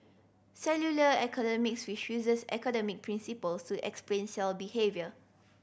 cellular economics which uses economic principle to explain cell behaviour